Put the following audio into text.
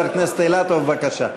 חבר הכנסת אילטוב, בבקשה.